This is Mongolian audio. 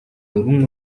дөрвөн